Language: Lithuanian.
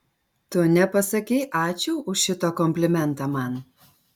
tu nepasakei ačiū už šitą komplimentą man